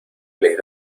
les